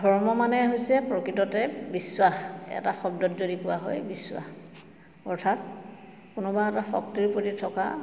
ধৰ্ম মানে হৈছে প্ৰকৃততে বিশ্বাস এটা শব্দত যদি কোৱা হয় বিশ্বাস অৰ্থাৎ কোনোবা এটা শক্তিৰ প্ৰতি থকা